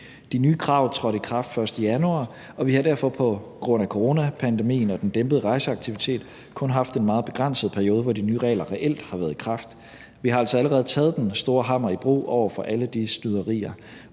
De nye krav trådte i kraft den 1. januar, og vi har derfor på grund af coronapandemien og den dæmpede rejseaktivitet kun haft en meget begrænset periode, hvor de nye regler reelt har været i kraft. Vi har altså allerede taget den store hammer i brug over for alle dem, der